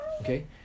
Okay